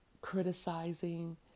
criticizing